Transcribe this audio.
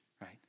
right